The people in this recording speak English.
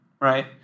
right